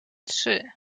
trzy